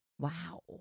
wow